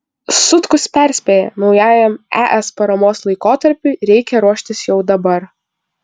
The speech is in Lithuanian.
sutkus perspėja naujajam es paramos laikotarpiui reikia ruoštis jau dabar